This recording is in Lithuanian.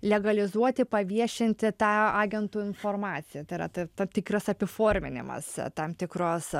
legalizuoti paviešinti tą agentų informaciją tai yra tam tikras apiforminimas tam tikros